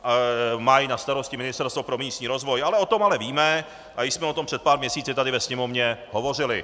Má ji na starosti Ministerstvo pro místní rozvoj, ale o tom víme a jsme o tom před pár měsíci tady ve Sněmovně hovořili.